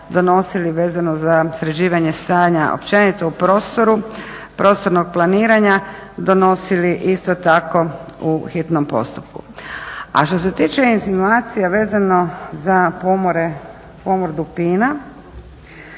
donosili vezano za sređivanje stanja općenito u prostoru, prostornog planiranja donosili isto tako u hitnom postupku. A što se tiče insinuacije vezano za pomor dupina,